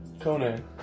Conan